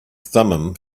thummim